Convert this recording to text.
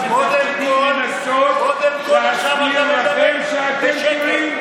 ותפקידי לנסות להסביר לכם שאתם טועים.